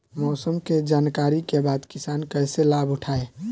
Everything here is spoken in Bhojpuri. मौसम के जानकरी के बाद किसान कैसे लाभ उठाएं?